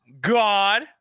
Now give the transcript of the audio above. God